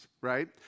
right